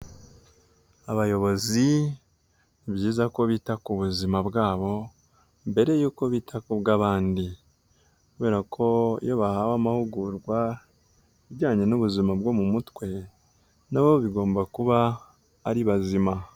Abayobozi ni byiza ko bita ku buzima bwa bo mbere yuko bita kubwa bandi kubera ko iyo bahawe amahugurwa kubijyane n'ubuzima bwo mu mutwe na bo bigomba kuba ari bazima.